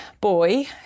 boy